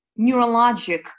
neurologic